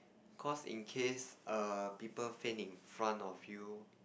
cause in case err people faint in front of you